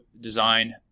design